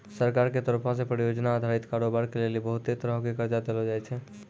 सरकार के तरफो से परियोजना अधारित कारोबार के लेली बहुते तरहो के कर्जा देलो जाय छै